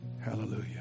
Hallelujah